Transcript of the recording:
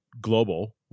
global